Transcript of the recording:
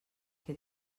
que